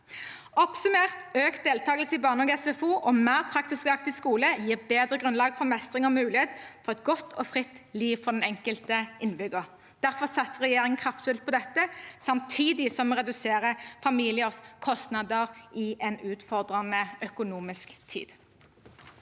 Oppsummert: Økt deltakelse i barnehage og SFO og mer praktisk og aktiv skole gir bedre grunnlag for mestring og mulighet for et godt og fritt liv for den enkelte innbygger. Derfor satser regjeringen kraftfullt på dette, samtidig som vi reduserer familiers kostnader i en utfordrende økonomisk tid.